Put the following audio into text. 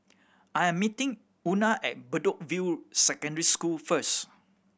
I am meeting Una at Bedok View Secondary School first